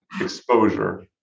exposure